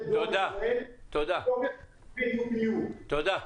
דואר ישראל מתוקף הסכמי UPU. תודה.